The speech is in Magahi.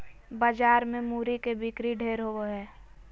बाजार मे मूरी के बिक्री ढेर होवो हय